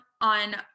on